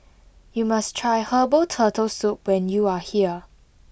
you must try herbal turtle soup when you are here